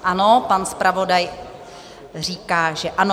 Ano, pan zpravodaj říká, že ano.